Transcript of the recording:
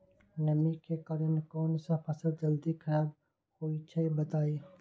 नमी के कारन कौन स फसल जल्दी खराब होई छई बताई?